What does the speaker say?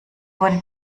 wurde